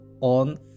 on